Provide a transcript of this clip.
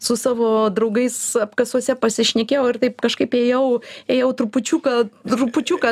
su savo draugais apkasuose pasišnekėjau ir taip kažkaip ėjau ėjau trupučiuką trupučiuką